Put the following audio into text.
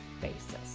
basis